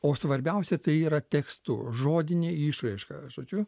o svarbiausia tai yra tekstu žodinė išraiška žodžiu